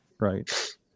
right